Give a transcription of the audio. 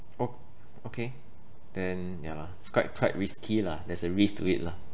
oh okay then ya lah it's quite quite risky lah there's a risk to it lah